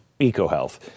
EcoHealth